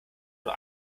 nur